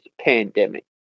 pandemic